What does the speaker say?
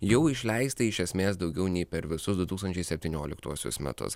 jau išleista iš esmės daugiau nei per visus du tūkstančiai septynioliktuosius metus